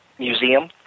museum